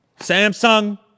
Samsung